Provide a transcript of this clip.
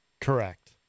Correct